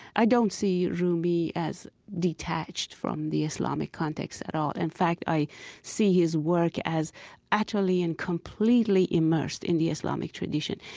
i don't see rumi as detached from the islamic context at all. in fact, i see his work as utterly and completely immersed in the islamic tradition.